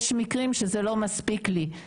יש מקרים שזה לא מספיק לי.